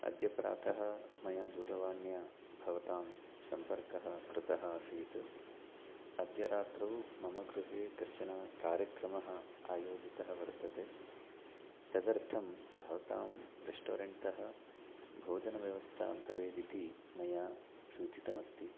अद्य प्रातः मया दूरवाण्या भवतां सम्पर्कः कृतः आसीत् अद्य रात्रौ मम गृहे कश्चन कार्यक्रमः आयोजितः वर्तते तदर्थं भवतां रेस्टोरेण्ट् तः भोजनव्यवस्था भवेदिति मया सूचितमस्ति